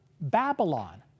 Babylon